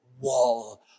wall